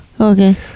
Okay